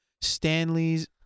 Stanley's